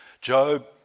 Job